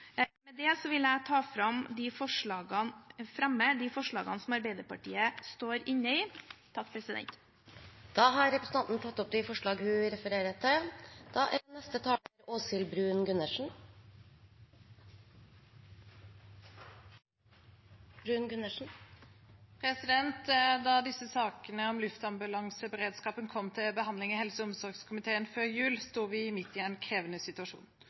Med det vil jeg fremme de forslagene som Arbeiderpartiet er en del av. Representanten Ingvild Kjerkol har tatt opp de forslag hun refererte til. Da disse sakene om luftambulanseberedskapen kom til behandling i helse- og omsorgskomiteen før jul, sto vi midt i en krevende situasjon.